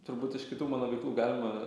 turbūt iš kitų mano veiklų galima